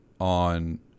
On